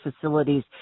facilities